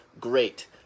great